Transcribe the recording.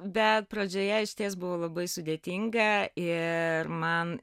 bet pradžioje išties buvo labai sudėtinga ir man